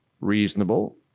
reasonable